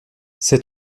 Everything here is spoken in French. c’est